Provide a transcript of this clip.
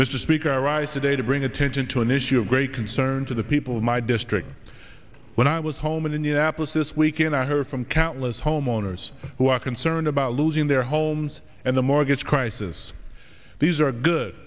mr speaker i rise today to bring attention to an issue of great concern to the people of my district when i was home in indianapolis this week and i heard from countless homeowners who are concerned about losing their homes and the mortgage crisis these are good